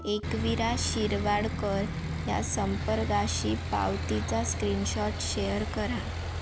एकवीरा शिरवाडकर या संपर्काशी पावतीचा स्क्रिनशॉट शेअर करा